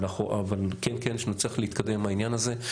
אבל כן חשוב שנצליח להתקדם עם העניין הזה.